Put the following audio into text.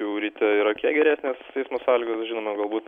jau ryte yra kiek geresnės eismo sąlygos žinoma galbūt